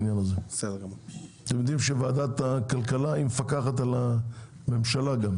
אתם יודעים שוועדת הכלכלה מפקחת גם על הממשלה,